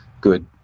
good